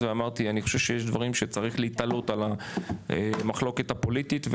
ואמרתי שאני חושב שיש דברים שצריך להתעלות על המחלוקת הפוליטית,